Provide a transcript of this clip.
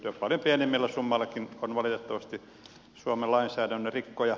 paljon pienemmälläkin summalla on valitettavasti suomen lainsäädännön rikkoja